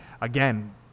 again